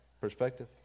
perspective